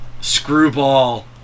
Screwball